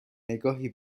نگاهی